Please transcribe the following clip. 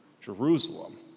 Jerusalem